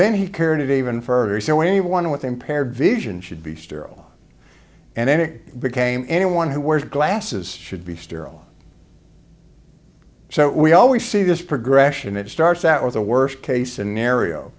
then he carried it even further so anyone with impaired vision should be sterile and then it became anyone who wears glasses should be sterile so we always see this progression it starts out with a worst case scenario